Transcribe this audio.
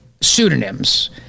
pseudonyms